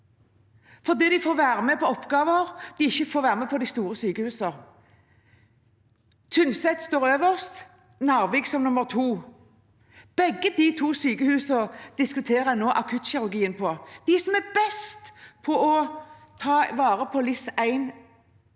fordi de får være med på oppgaver som de ikke får være med på i de store sykehusene. Tynset står øverst og Narvik som nummer to. For begge de to sykehusene diskuterer en nå akuttkirurgien. Det er disse som er best til å ta vare på LIS1-legene,